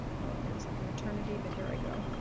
know, it feels like an eternity but here i go